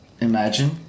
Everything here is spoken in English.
imagine